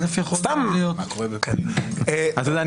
אתה יודע,